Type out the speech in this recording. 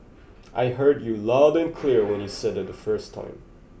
I heard you loud and clear when you said it the first time